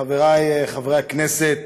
חברי חברי הכנסת,